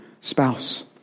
spouse